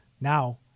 Now